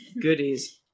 goodies